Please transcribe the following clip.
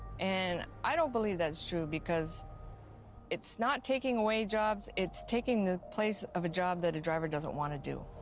and i don't believe that's true, because it's not taking away jobs, it's taking the place of a job that a driver doesn't want to do.